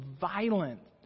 violent